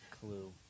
clue